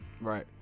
Right